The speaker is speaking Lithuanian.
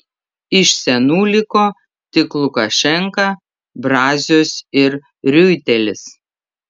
iš senų liko tik lukašenka brazius ir riuitelis